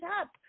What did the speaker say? up